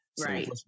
Right